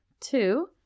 Two